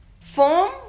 form